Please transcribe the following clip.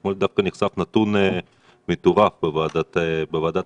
אתמול דווקא נחשף נתון מטורף בוועדת החינוך: